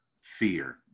fear